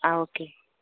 okay